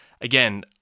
again